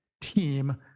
team